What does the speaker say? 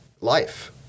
life